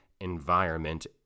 environment